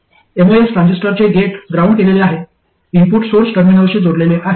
MOS ट्रान्झिस्टरचे gate ground केलेले आहे इनपुट सोर्स टर्मिनलशी जोडलेले आहे